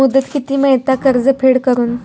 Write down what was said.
मुदत किती मेळता कर्ज फेड करून?